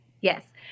Yes